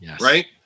right